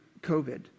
COVID